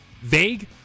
vague